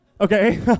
Okay